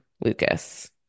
Lucas